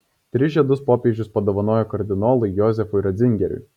tris žiedus popiežius padovanojo kardinolui jozefui ratzingeriui